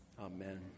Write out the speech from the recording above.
Amen